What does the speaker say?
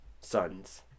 sons